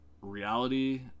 Reality